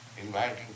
inviting